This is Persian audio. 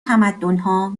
تمدنها